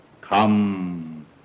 come